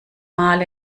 mal